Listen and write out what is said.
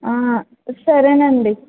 సరేనండి